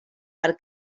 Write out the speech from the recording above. per